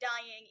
dying